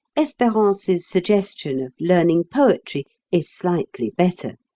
esperance's suggestion of learning poetry is slightly better.